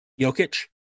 Jokic